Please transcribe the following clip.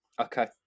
Okay